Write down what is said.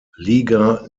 liga